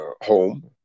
home